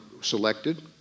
selected